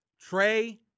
Trey